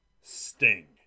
Sting